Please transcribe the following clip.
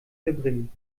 verbringen